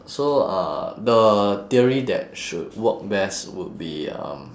so uh the theory that should work best would be um